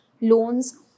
loans